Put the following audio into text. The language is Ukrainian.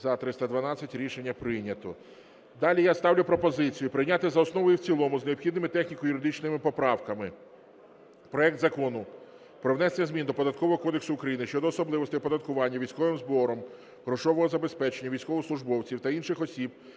За-312 Рішення прийнято. Далі, я ставлю пропозицію прийняти за основу і в цілому з необхідними техніко-юридичними поправками проект Закону про внесення змін до Податкового кодексу України щодо особливостей оподаткування військовим збором грошового забезпечення військовослужбовців та інших осіб,